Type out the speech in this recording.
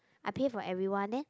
I pay for everyone then